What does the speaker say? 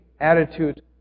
attitude